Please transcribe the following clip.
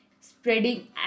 spreading